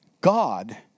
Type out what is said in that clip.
God